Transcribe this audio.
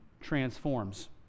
transforms